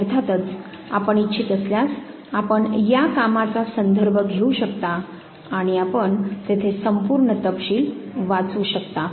आणि अर्थातच आपण इच्छित असल्यास आपण या कामाचा संदर्भ घेऊ शकता आणि आपण तेथे संपूर्ण तपशील वाचू शकता